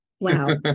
Wow